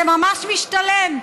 זה ממש משתלם.